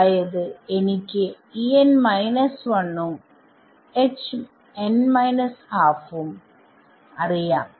അതായത് എനിക്ക് ഉം ഉം അറിയാം